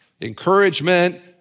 Encouragement